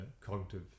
cognitive